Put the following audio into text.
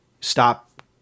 Stop